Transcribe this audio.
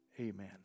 amen